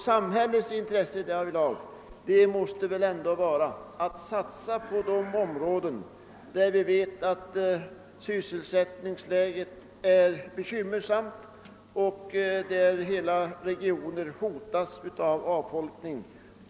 Samhällets intresse därvidlag måste väl ändå vara att satsa på de områden där vi vet att sysselsättningsläget är bekymmersamt och där hela regionen hotas av avfolkning.